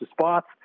spots